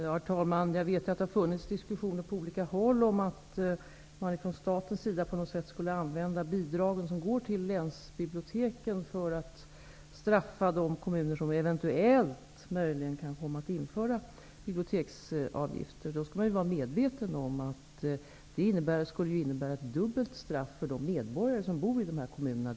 Herr talman! Jag vet att det på olika håll har förts diskussioner om att man från statens sida på något sätt skulle använda bidragen som går till länsbiblioteken för att straffa de kommuner som eventuellt kan komma att införa biblioteksavgifter. Man skall då vara medveten om att det skulle innebära ett dubbelt straff för de medborgare som bor i dessa kommuner.